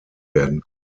werden